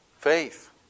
faith